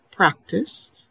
Practice